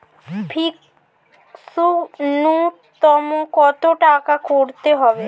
Fixed নুন্যতম কত টাকা করতে হবে?